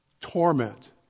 torment